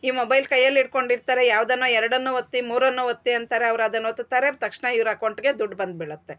ಈ ಮೊಬೈಲ್ ಕೈಯಲ್ಲಿಡ್ಕೊಂಡು ಇರ್ತಾರೆ ಯಾವ್ದನ್ನ ಎರಡನ್ನು ಒತ್ತಿ ಮೂರನ್ನು ಒತ್ತಿ ಅಂತಾರೆ ಅವ್ರು ಅದನ್ನು ಒತ್ತುತ್ತಾರೆ ತಕ್ಷ್ಣ ಇವ್ರ ಅಕೌಂಟ್ಗೆ ದುಡ್ಡು ಬಂದು ಬೀಳುತ್ತೆ